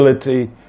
ability